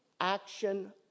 action